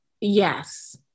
Yes